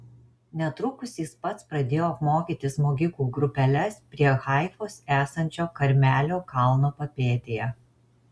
netrukus jis pats pradėjo apmokyti smogikų grupeles prie haifos esančio karmelio kalno papėdėje